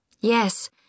Yes